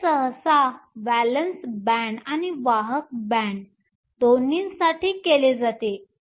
हे सहसा valence band आणि वाहक बॅण्ड दोन्हीसाठी केले जाते